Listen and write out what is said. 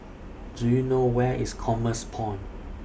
Do YOU know Where IS Commerce Point